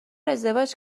ازدواج